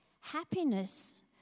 happiness